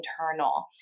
internal